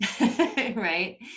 right